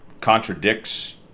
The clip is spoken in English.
contradicts